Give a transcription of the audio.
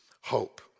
hope